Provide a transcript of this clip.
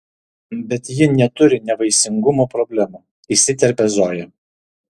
bet ji neturi nevaisingumo problemų įsiterpia zoja